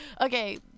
Okay